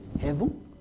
Heaven